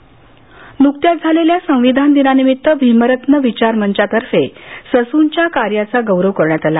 ससन नुकत्याच झालेल्या संविधान दिनानिमित्त भिमरत्न विचारमंचातर्फे ससूनच्या कार्याचा गौरव करण्यात आला